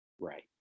right